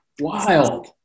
Wild